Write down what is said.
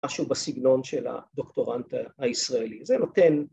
‫משהו בסגנון של הדוקטורנט הישראלי. ‫זה נותן...